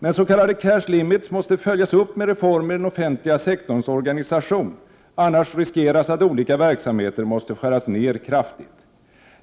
Men s.k. cash limits måste följas upp med reformer i den offentliga sektorns organisation. Annars riskeras att olika verksamheter måste skäras ner kraftigt.